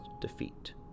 defeat